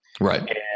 Right